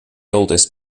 oldest